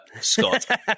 Scott